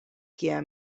kie